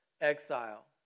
exile